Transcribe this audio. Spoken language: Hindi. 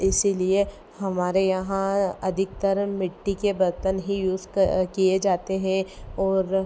इसीलिए हमारे यहाँ अधिकतर मिट्टी के बर्तन ही यूज़ किए जाते हैं और